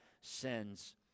sins